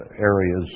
areas